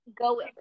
Go